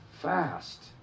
Fast